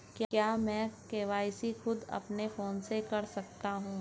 क्या मैं के.वाई.सी खुद अपने फोन से कर सकता हूँ?